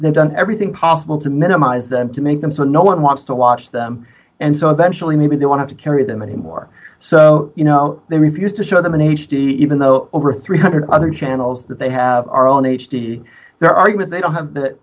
they've done everything possible to minimize them to make them so no one wants to watch them and so eventually maybe they want to carry them anymore so you know they refused to show them in h d even though over three hundred other channels that they have are on h d their argument they don't have th